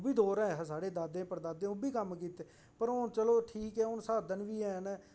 उब्भी दूर ऐ हां साढे दादे पड़दादे ओह्बी कम्म कीते पर हून चलो ठीक ऐ हून साधन बी हैन ना